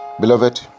Beloved